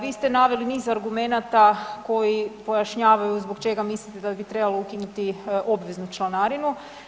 Vi ste naveli niz argumenata koji pojašnjavaju zbog čega mislite da bi trebalo ukinuti obveznu članarinu.